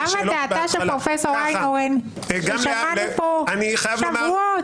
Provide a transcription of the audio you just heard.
למה שמענו כאן את דעתה של פרופסור איינהורן במשך שבועות?